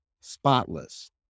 spotless